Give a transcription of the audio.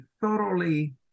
thoroughly